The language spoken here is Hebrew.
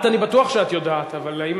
את, אני בטוח שאת יודעת, אבל האם